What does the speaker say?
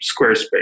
Squarespace